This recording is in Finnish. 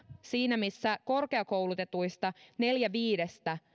siinä missä korkeakoulutetuista neljä viidestä